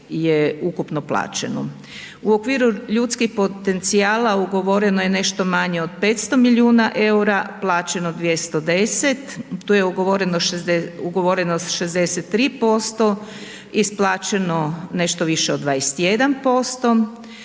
je ukupno plaćeno. U okviru ljudskih potencijala ugovoreno je nešto manje od 500 milijuna EUR-a, plaćeno 210, to je ugovorenost 63%, isplaćeno nešto više od 21%.